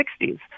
1960s